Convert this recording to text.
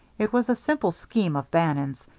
it was a simple scheme of bannon's.